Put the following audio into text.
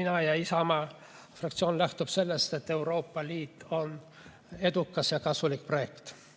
Mina ja Isamaa fraktsioon lähtume sellest, et Euroopa Liit on edukas ja kasulik projekt